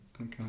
okay